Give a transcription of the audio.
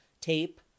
tape